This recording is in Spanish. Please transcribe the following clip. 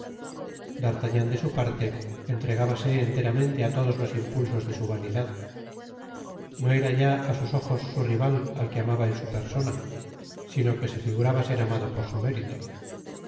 d'artagnan de su parte entregábase enteramente á todos los impulsos de su vanidad no era ya á sus ojos su rival al que amaba en su persona sino que se figuraba ser amado por su mérito